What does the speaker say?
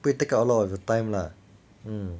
不会 take up a lot of your time lah mm